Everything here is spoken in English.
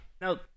Now